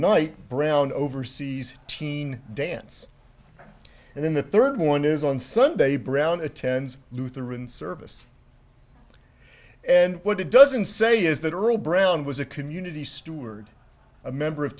night brown oversees teen dance and then the third one is on sunday brown attends lutheran service and what it doesn't say is that brown was a community steward a member of